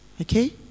Okay